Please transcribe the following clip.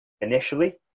initially